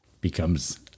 becomes